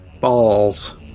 Balls